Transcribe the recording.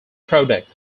product